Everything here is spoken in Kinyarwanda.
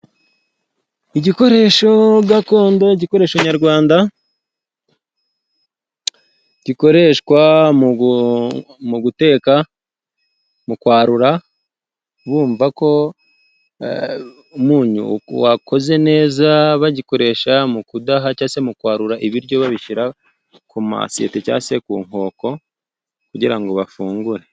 Igikoresho gakondo igikoresho nyarwanda gikoreshwa mu guteka ,mu kwarura bumvako umunyu wakoze neza, bagikoresha mu kudaha cyangwa se mu kwarura ibiryo babishyira ku masahani cyangwa se ku nkoko kugira ngo bafungure.